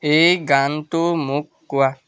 এই গানটো মোক কোৱা